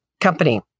company